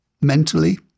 mentally